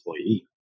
employee